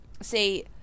see